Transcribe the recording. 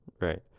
right